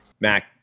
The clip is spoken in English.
Mac